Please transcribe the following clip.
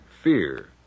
fear